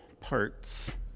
parts